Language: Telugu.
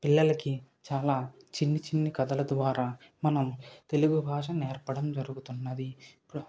పిల్లలకి చాలా చిన్ని చిన్న కథల ద్వారా మనం తెలుగు భాష నేర్పడం జరుగుతున్నది